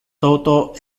toto